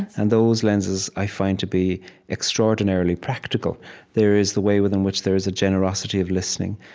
and those lenses i find to be extraordinarily practical there is the way within which there's a generosity of listening.